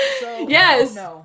Yes